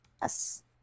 Yes